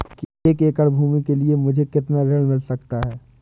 एक एकड़ भूमि के लिए मुझे कितना ऋण मिल सकता है?